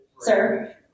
Sir